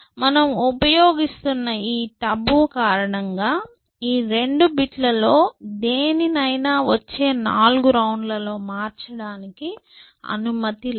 మనం ఉపయోగిస్తున్న ఈ టబు కారణంగా ఈ రెండు బిట్లలో దేనినైనా వచ్చే నాలుగు రౌండ్ల లో మార్చడానికి అనుమతి లేదు